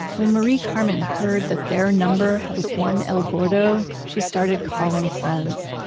when marie-carmen heard that their number had won el gordo, she started calling friends.